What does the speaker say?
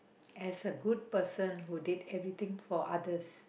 as a good person who did everything for others